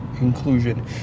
inclusion